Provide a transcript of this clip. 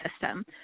system